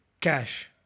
cash